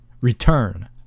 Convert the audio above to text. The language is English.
return